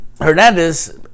Hernandez